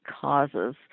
causes